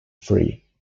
free